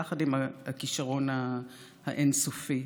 יחד עם הכישרון האין-סופי.